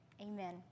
Amen